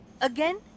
Again